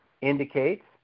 indicates